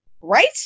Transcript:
right